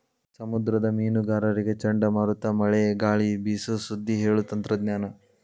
ಸಮುದ್ರದ ಮೇನುಗಾರರಿಗೆ ಚಂಡಮಾರುತ ಮಳೆ ಗಾಳಿ ಬೇಸು ಸುದ್ದಿ ಹೇಳು ತಂತ್ರಜ್ಞಾನ